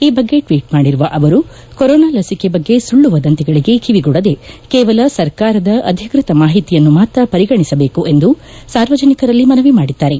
ಈ ಬಗ್ಗೆ ಟ್ವೀಟ್ ಮಾಡಿರುವ ಅವರು ಕೊರೊನಾ ಲಸಿಕೆ ಬಗ್ಗೆ ಸುಳ್ಳು ವದಂತಿಗಳಿಗೆ ಕಿವಿಗೊಡದೆ ಕೇವಲ ಸರ್ಕಾರದ ಅಧಿಕೃತ ಮಾಹಿತಿಯನ್ನು ಮಾತ್ರ ಪರಿಗಣಿಸಬೇಕು ಎಂದು ಸಾರ್ವಜನಿಕರಲ್ಲಿ ಮನವಿ ಮಾಡಿದ್ದಾರೆ